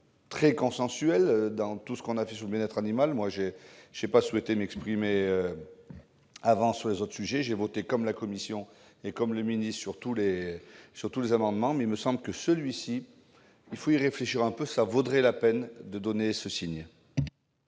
très consensuels dans ce débat sur le bien-être animal. Je n'ai pas souhaité m'exprimer plus tôt sur les autres sujets, j'ai voté comme la commission et comme le ministre sur tous les amendements, mais il me semble que, sur ceux-ci, il faut y réfléchir un peu, car cela vaut la peine d'envoyer ce signal.